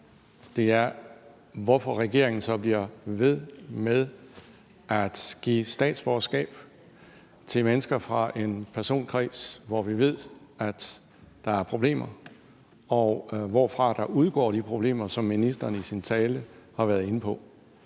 er, hvorfor regeringen så bliver ved med at give statsborgerskab til mennesker fra en personkreds, hvor vi ved, at der er problemer, og hvorfra der udgår de problemer som ministeren i sin tale har været inde på.